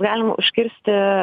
galima užkirsti